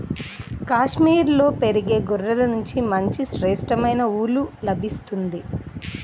కాశ్మీరులో పెరిగే గొర్రెల నుంచి మంచి శ్రేష్టమైన ఊలు లభిస్తుంది